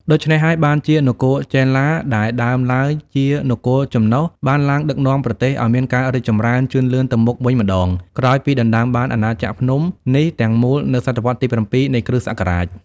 ដូច្នេះហើយ បានជានគរចេនឡា ដែលដើមឡើយជានគរចំណុះ បានឡើងដឹកនាំ ប្រទេសឱ្យមានការរីកចម្រើនជឿនលឿនទៅមុខវិញម្តង ក្រោយពីដណ្តើមបានអាណាចក្រភ្នំនេះទាំងមូលនៅសតវត្សរ៍ទី៧ នៃគ្រិស្តសករាជ។